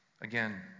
Again